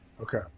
Okay